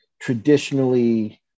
traditionally